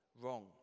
wrong